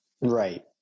Right